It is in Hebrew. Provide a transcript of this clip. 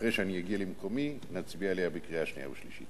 שאחרי שאגיע למקומי נצביע עליו בקריאה שנייה ושלישית.